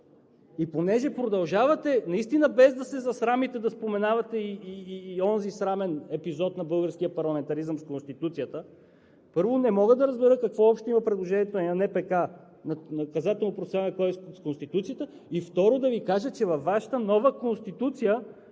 наистина продължавате, без да се засрамите, да споменавате и онзи срамен епизод на българския парламентаризъм с Конституцията, първо, не мога да разбера какво общо има предложението на Наказателно-процесуалния кодекс с Конституцията?! И второ, да Ви кажа, че във Вашата нова Конституция